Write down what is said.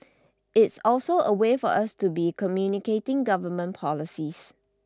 it's also a way for us to be communicating government policies